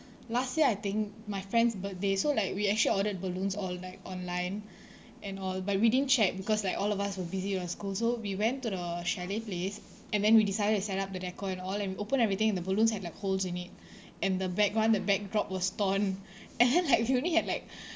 last year I think my friend's birthday so like we actually ordered balloons all like online and all but we didn't check because like all of us were busy with our school so we went to the chalet place and then we decided to set up the decor and all and we open everything and the balloons had like holes in it and the background the backdrop was torn and then like we only had like